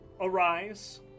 arise